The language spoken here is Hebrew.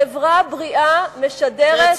חברה בריאה משדרת,